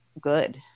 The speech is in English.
good